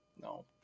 no